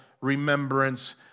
remembrance